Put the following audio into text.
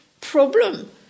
problem